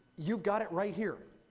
you've got it right here,